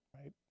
right